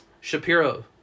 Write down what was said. Shapiro